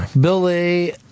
Billy